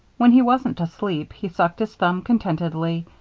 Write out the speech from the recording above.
when he wasn't asleep, he sucked his thumb contentedly,